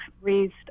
raised